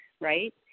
right